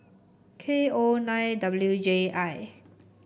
K O nine W J I